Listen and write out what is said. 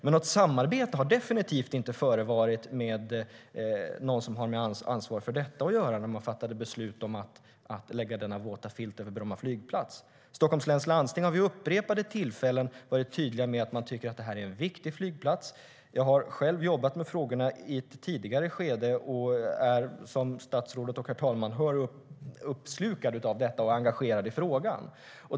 Men något samarbete har definitivt inte förevarit med någon som har ansvarat för denna fråga när man fattade beslut om att lägga denna våta filt över Bromma flygplats. Stockholms läns landsting har vid upprepade tillfällen varit tydlig med att man tycker att Bromma flygplats är en viktig flygplats. Jag har själv jobbat med frågorna i ett tidigare skede, och jag är, som statsrådet och herr talman hör, uppslukad av och engagerad i frågan.